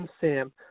Sam